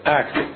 act